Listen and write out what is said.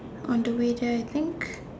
on the way there I think